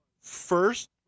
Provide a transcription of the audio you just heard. first